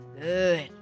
good